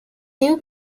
new